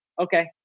okay